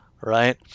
right